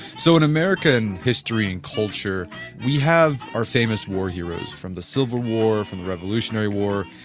so in american history and culture we have our famous war heroes from the civil war, from the revolutionary war,